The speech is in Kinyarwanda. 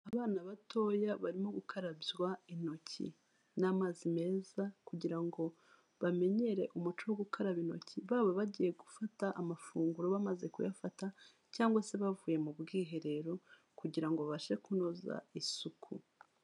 Abana batoya barimo gukarabywa intoki n'amazi meza, kugira ngo bamenyere umuco wo gukaraba intoki baba bagiye gufata amafunguro, bamaze kuyafata cyangwa se bavuye mu bwiherero, kugira babashe kunoza isuku.